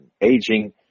aging